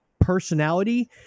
personality